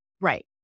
Right